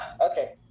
Okay